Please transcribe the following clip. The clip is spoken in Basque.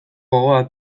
gogoa